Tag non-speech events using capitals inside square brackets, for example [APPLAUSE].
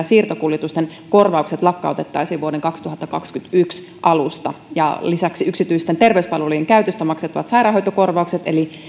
[UNINTELLIGIBLE] siirtokuljetusten korvaukset lakkautettaisiin vuoden kaksituhattakaksikymmentäyksi alusta ja lisäksi yksityisten terveyspalveluiden käytöstä maksettavat sairaanhoitokorvaukset eli